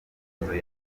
myitozo